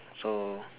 so